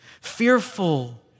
fearful